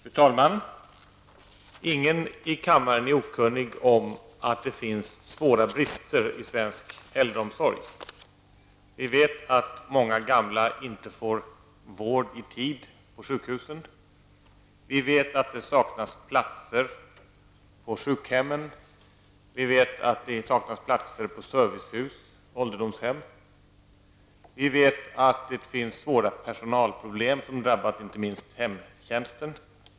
Fru talman! Ingen i kammaren är okunnig om att det finns svåra brister i svensk äldreomsorg. Vi vet att många gamla inte får vård i tid på sjukhusen. Vi vet att det saknas platser på sjukhemmen. Vi vet att det saknas platser på servicehus och ålderdomshem. Vi vet att det finns svåra personalproblem som drabbat inte minst hemtjänsten.